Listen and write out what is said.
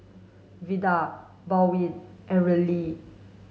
Vidal Baldwin and Raelynn